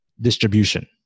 distribution